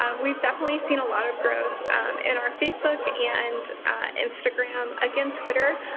um we've definitely seen a lot of growth in our facebook and instagram. again, twitter,